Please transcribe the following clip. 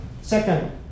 Second